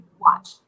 watch